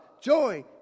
joy